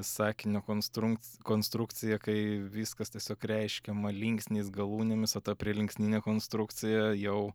sakinio konstrun konstrukcija kai viskas tiesiog reiškiama linksniais galūnėmis o ta prielinksninė konstrukcija jau